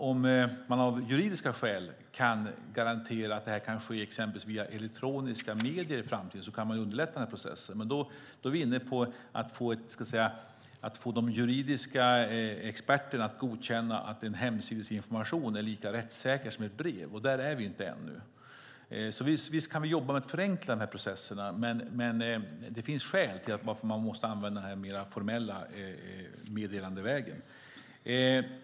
Om man av juridiska skäl kan garantera att det kan ske exempelvis via elektroniska medier i framtiden kan man underlätta processen. Men då är vi inne på att få de juridiska experterna att godkänna att en hemsidesinformation är lika rättssäker som ett brev. Där är vi inte ännu. Visst kan vi jobba med att förenkla processerna. Men det finns skäl till varför man måste använda den mer formella meddelandevägen.